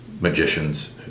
magicians